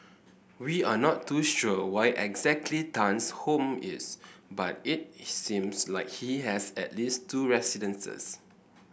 we are not too sure where exactly Tan's home is but it he seems like he has at least two residences